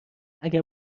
اگر